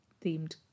themed